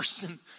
person